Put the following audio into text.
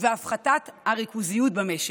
והפחתת הריכוזיות במשק.